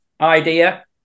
idea